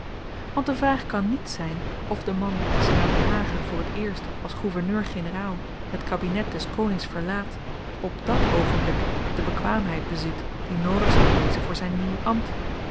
want de vraag kan niet zyn of de man die te s gravenhage voor t eerst als gouverneur-generaal het kabinet des konings verlaat op dàt oogenblik de bekwaamheid bezit die noodig zal wezen voor zyn nieuw